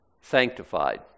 Sanctified